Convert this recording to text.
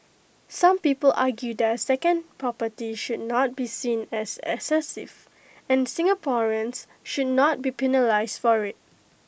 some people argue that A second property should not be seen as excessive and Singaporeans should not be penalised for IT